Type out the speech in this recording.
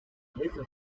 little